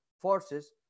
forces